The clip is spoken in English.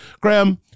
Graham